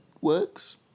works